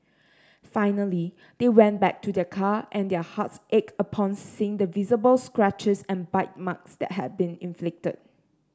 finally they went back to their car and their hearts ached upon seeing the visible scratches and bite marks that had been inflicted